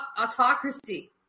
autocracy